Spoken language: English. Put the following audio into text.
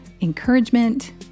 encouragement